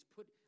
put